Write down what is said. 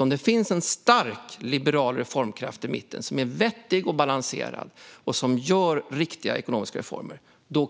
Om det finns en stark liberal reformkraft i mitten som är vettig och balanserad och som gör riktiga ekonomiska reformer